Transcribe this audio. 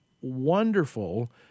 wonderful